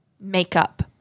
makeup